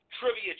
trivia